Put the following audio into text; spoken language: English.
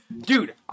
Dude